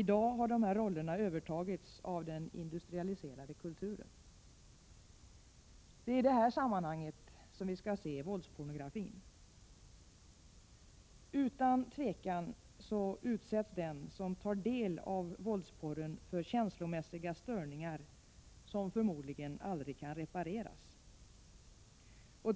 I dag har dessa roller övertagits av den industrialiserade kulturen. Det är i detta sammanhang vi skall se våldspornografin. Utan tvivel utsätts den som tar del av våldspornografin för känslomässiga störningar som förmodligen aldrig kan repareras.